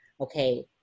okay